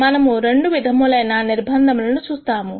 మనము రెండు విధములైన నిర్బంధము లను చూస్తాము